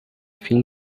fim